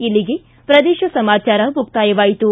ಇಲ್ಲಿಗೆ ಪ್ರದೇಶ ಸಮಾಚಾರ ಮುಕ್ತಾಯವಾಯಿತು